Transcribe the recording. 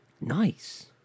Nice